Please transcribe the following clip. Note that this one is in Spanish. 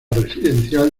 residencial